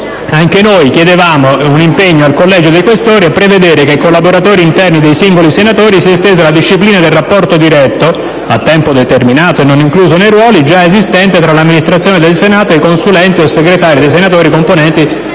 Anche noi chiedevamo un impegno al Collegio dei senatori Questori a prevedere che ai collaboratori interni dei singoli senatori sia estesa la disciplina del rapporto diretto - a tempo determinato e non incluso nei ruoli - già esistente tra l'Amministrazione del Senato ed i consulenti o segretari dei senatori componenti